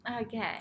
okay